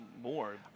more